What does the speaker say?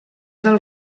del